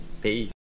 Peace